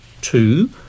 two